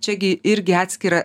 čia gi irgi atskira